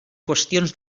qüestions